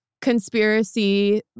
conspiracy